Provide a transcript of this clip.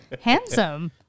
handsome